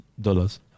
dollars